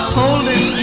holding